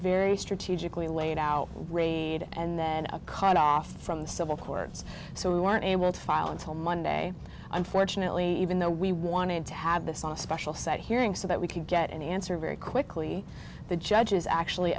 very strategically laid out and then a cut off from the civil courts so we weren't able to file until monday unfortunately even though we wanted to have this on a special site hearing so that we could get any answer very quickly the judges actually